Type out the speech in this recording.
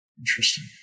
Interesting